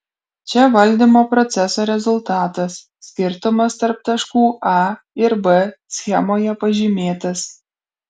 čia valdymo proceso rezultatas skirtumas tarp taškų a ir b schemoje pažymėtas